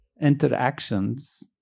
interactions